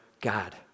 God